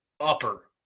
upper